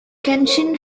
kenshin